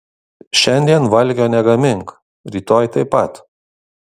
šiandien valgio negamink rytoj taip pat